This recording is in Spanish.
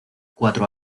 cuatro